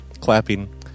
Clapping